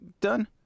Done